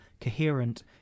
coherent